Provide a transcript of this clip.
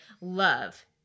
love